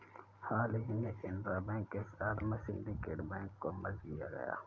हाल ही में केनरा बैंक के साथ में सिन्डीकेट बैंक को मर्ज किया गया है